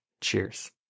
Cheers